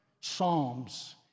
psalms